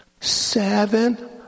Seven